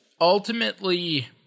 Ultimately